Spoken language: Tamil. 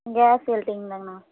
case welding தாங்கணா